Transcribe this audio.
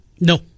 No